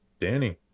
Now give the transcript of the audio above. Danny